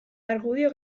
argudio